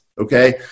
okay